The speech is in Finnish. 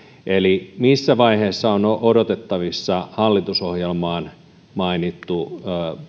eli missä vaiheessa on on odotettavissa hallitusohjelmassa mainittu